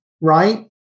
right